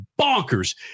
Bonkers